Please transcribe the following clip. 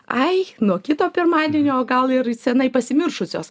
ai nuo kito pirmadienio gal ir senai pasimiršusios